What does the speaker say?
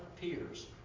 peers